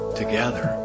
together